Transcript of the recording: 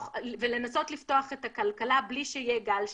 ולנסות לפתוח את הכלכלה בלי שיהיה גל שלישי,